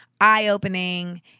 eye-opening